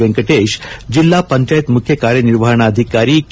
ವೆಂಕಟೇಶ್ ಜಿಲ್ಲಾ ವಂಚಾಯತ್ ಮುಖ್ಯ ಕಾರ್ಯನಿರ್ವಹಣಾಧಿಕಾರಿ ಕೆ